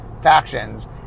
factions